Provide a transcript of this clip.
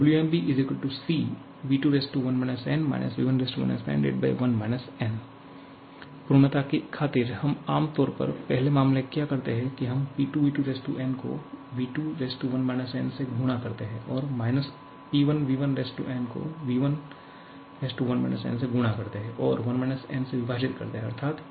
𝑊𝑚𝑏 CV21 n V11 n1 n पूर्णता की खातिर हम आम तौर पर पहले मामले में क्या करते हैं की हम P2V2n को V21 n से गुणा करते हैं और P1 V1n को V11 n से गुणा करते हैं और 1 n से विभाजित करते है अर्थात